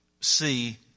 see